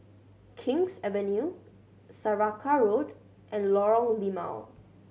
King's Avenue Saraca Road and Lorong Limau